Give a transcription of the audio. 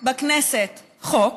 בכנסת, חוק